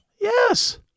Yes